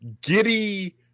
giddy